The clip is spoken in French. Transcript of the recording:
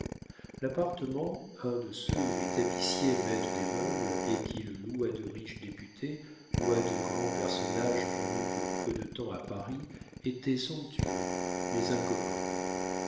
l'appartement un de ceux où les tapissiers mettent des meubles et qu'ils louent à de riches députés ou à de grands personnages venus pour peu de temps à paris était somptueux mais incommode